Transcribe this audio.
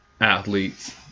athletes